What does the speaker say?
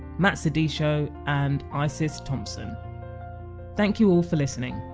matsidiso and isis thompson thank you all for listening